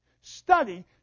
Study